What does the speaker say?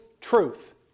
truth